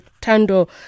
Tando